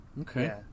Okay